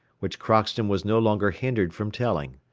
which crockston was no longer hindered from telling.